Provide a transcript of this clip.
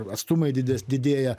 atstumai dides didėja